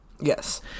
Yes